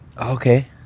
Okay